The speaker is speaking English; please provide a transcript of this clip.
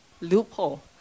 loophole